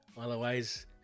otherwise